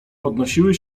podnosiły